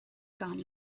gan